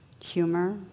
humor